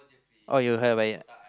oh you haven't eat ah